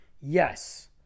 yes